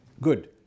Good